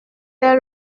dès